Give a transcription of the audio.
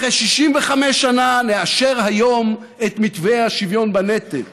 אחרי 65 שנה נאשר היום את מתווה השוויון בנטל.